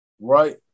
Right